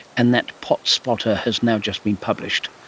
and that pot spotter has now just been published